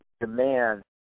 demand